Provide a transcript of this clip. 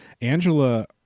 Angela